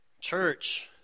church